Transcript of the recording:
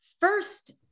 First